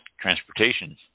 transportation